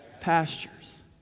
pastures